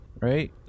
right